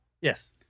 Yes